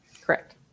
Correct